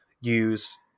use